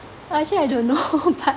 uh actually I don't know but